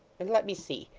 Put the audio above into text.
and let me see.